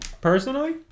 personally